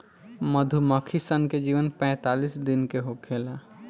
मधुमक्खी सन के जीवन पैतालीस दिन के होखेला